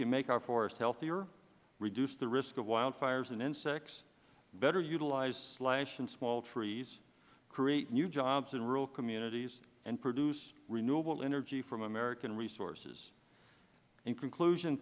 can make our forests healthier reduce the risk of wildfires and insects better utilize slash in small trees create new jobs in rural communities and produce renewable energy from american resources in conclusion